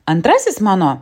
antrasis mano